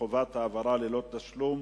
חובת העברה ללא תשלום